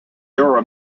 jura